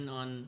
on